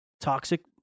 toxic